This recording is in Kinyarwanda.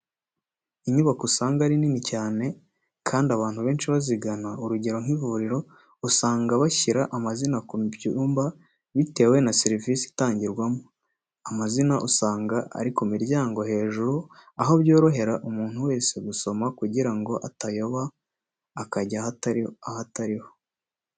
Inyubako usanga ari nini cyane kandi abantu benshi bazigana, urugero nk'ivuriro, usanga bashyira amazina ku byumba bitewe na serivisi itangirwamo, amazina usanga ari ku miryango hejuru aho byorohera umuntu wese gusoma kugira ngo atayoba akajya ahatariho.